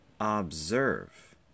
observe